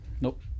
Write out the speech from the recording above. Nope